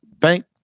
Thank